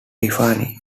tiffany